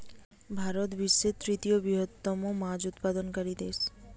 ভারত বিশ্বের তৃতীয় বৃহত্তম মাছ উৎপাদনকারী দেশ